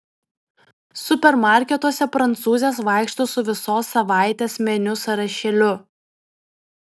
supermarketuose prancūzės vaikšto su visos savaitės meniu sąrašėliu